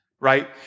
Right